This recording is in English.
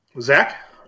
Zach